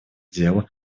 делу